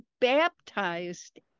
baptized